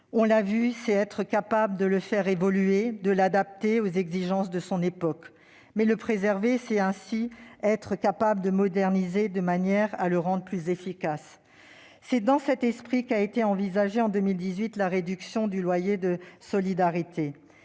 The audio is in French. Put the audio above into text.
on l'a vu, c'est être capable de le faire évoluer, de l'adapter aux exigences de son époque. Le préserver, c'est aussi être capable de le moderniser de manière à le rendre plus efficace. C'est dans cet esprit qu'a été envisagée en 2018 la réduction de loyer de solidarité,